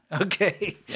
Okay